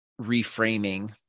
reframing